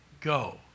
Go